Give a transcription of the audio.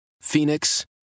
Phoenix